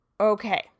Okay